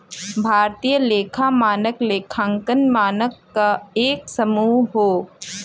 भारतीय लेखा मानक लेखांकन मानक क एक समूह हौ